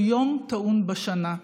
הוא יום טעון בשנה.